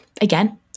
again